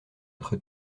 être